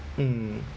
mm